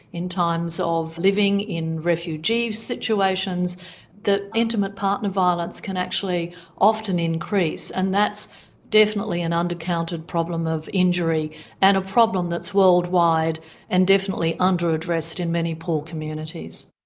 in times of living in refugee situations that intimate partner violence can actually often increase, and that's definitely an under-counted problem of injury and problem that's worldwide and definitely under-addressed in many poor communities.